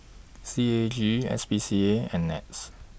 C A G S P C A and Nets